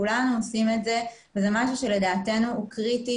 כולנו עושים את זה וזה משהו שלדעתנו הוא קריטי